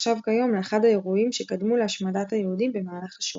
ונחשב כיום לאחד האירועים שקדמו להשמדת היהודים במהלך השואה.